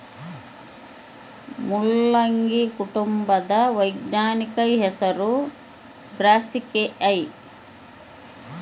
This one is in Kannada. ಮುಲ್ಲಂಗಿ ಕುಟುಂಬದ ವೈಜ್ಞಾನಿಕ ಹೆಸರು ಬ್ರಾಸಿಕೆಐ